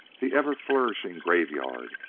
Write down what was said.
the ever flourishing graveyard,